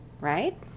right